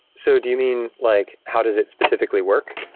so do you mean like how does it specifically work?